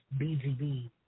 BGB